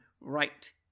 right